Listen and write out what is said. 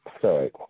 sorry